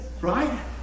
Right